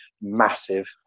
massive